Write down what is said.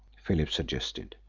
philip suggested.